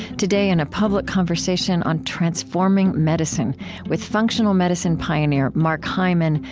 today, in a public conversation on transforming medicine with functional medicine pioneer mark hyman,